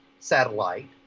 Satellite